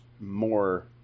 more